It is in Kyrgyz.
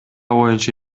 боюнча